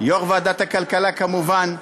יושב-ראש ועדת הכלכלה, כמובן,